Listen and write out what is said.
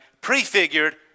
prefigured